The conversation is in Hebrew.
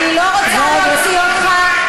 אני לא רוצה להוציא אותך.